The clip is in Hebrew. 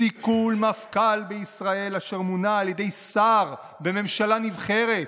סיכול מפכ"ל בישראל אשר מונה על ידי שר בממשלה נבחרת.